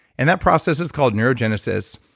and that process is called neurogenesis,